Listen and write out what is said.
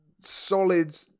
solid